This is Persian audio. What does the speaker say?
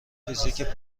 فیزیک